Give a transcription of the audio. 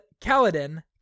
Kaladin